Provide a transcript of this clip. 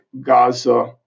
Gaza